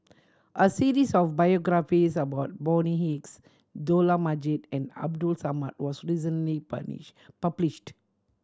a series of biographies about Bonny Hicks Dollah Majid and Abdul Samad was recently publish published